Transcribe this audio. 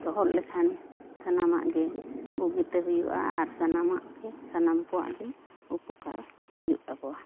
ᱥᱚᱦᱚᱫ ᱞᱮᱠᱷᱟᱱ ᱥᱟᱱᱟᱢᱟᱜ ᱜᱮ ᱵᱩᱜᱤᱛᱮ ᱦᱩᱭᱩᱜᱼᱟ ᱟᱨ ᱥᱟᱱᱟᱢᱟᱜ ᱜᱮ ᱥᱟᱢᱟᱱ ᱠᱚᱣᱟᱜ ᱜᱮ ᱩᱯᱚᱠᱟᱨ ᱦᱩᱭᱩᱜ ᱛᱟᱵᱚᱣᱟ